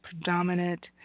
predominant